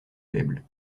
faible